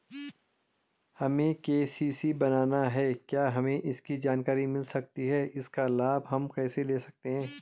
हमें के.सी.सी बनाना है क्या हमें इसकी जानकारी मिल सकती है इसका लाभ हम कैसे ले सकते हैं?